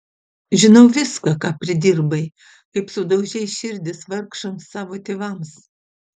žinau viską ką pridirbai kaip sudaužei širdis vargšams savo tėvams